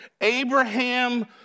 Abraham